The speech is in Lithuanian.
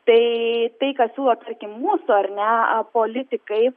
tai tai ką siūlo tarkim mūsų ar ne politikai